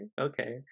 Okay